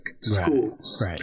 schools